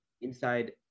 inside